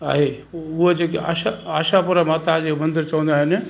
आहे अ जेका आशापूरा आशापूरा माता जो मंदिर चवंदा आहिनि